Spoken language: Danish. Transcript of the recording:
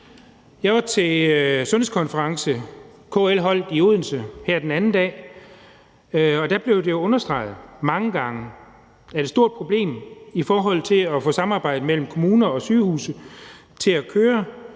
Jeg var til en sundhedskonference, som KL holdt i Odense her den anden dag, og der blev det understreget – mange gange – at et stort problem i forhold til at få samarbejdet mellem kommuner og sygehuse til at køre